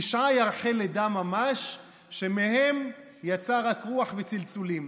תשעה ירחי לידה ממש, שמהם יצאו רק רוח וצלצולים.